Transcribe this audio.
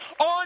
on